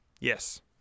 Yes